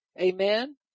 Amen